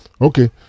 okay